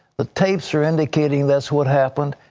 the tapes are indicating this would happen.